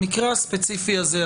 במקרה הספציפי הזה,